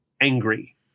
angry